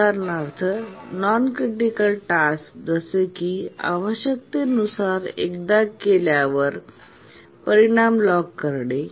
उदाहरणार्थ non critical task जसे की आवश्यकतेनुसार एकदा केल्यावर परिणाम लॉग करणे